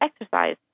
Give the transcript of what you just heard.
exercise